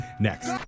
next